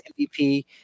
MVP